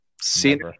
seen